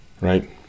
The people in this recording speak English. right